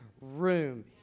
room